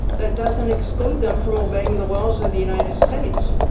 that doesn't exclude them from obeying the laws of the united states.